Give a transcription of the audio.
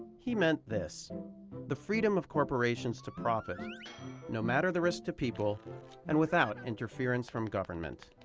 he meant this the freedom of corporations to profit no matter the risk to people and without interference from government.